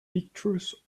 pictures